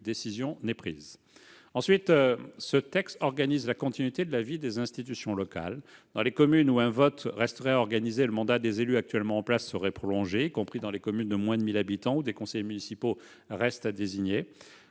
prise pour le moment. Ce texte organise par ailleurs la continuité de la vie des institutions locales. Dans les communes où un vote resterait à organiser, le mandat des élus actuellement en place serait prolongé, y compris dans les communes de moins de 1 000 habitants où des conseillers municipaux restent à désigner.